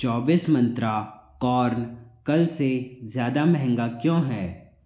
चौबिस मंत्रा कॉर्न कल से ज्यादा महँगा क्यों है